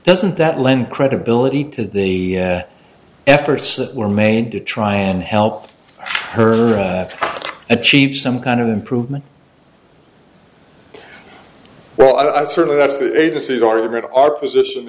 doesn't that lend credibility to the efforts that were made to try and help her achieve some kind of improvement well i certainly that's the agency's argument our position